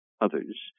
others